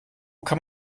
kann